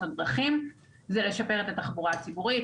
הדרכים זה לשפר את התחבורה הציבורית,